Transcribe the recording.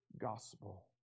gospel